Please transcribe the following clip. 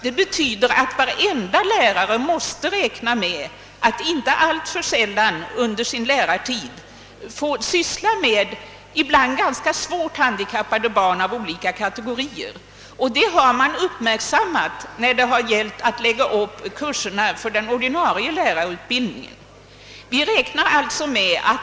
Det betyder att varje lärare måste räkna med att inte alltför sällan under sin lärartid få syssla med ibland ganska svårt handikappade barn av olika kategorier, och det har man uppmärksammat när det gällt att lägga upp kurserna för den ordinarie lärarutbildningen.